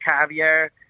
caviar